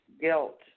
guilt